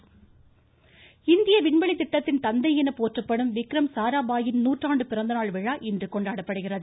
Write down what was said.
விக்ரம் சாராபாய் இந்திய விண்வெளி திட்டத்தின் தந்தை என போற்றப்படும் விக்ரம் சாராபாயின் நூற்றாண்டு பிறந்தநாள் விழா இன்று கொண்டாடப்படுகிறது